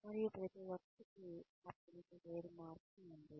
మరియు ప్రతి ఒక్కరికి ఆ పనికి వేరు వేరు మార్గం ఉంది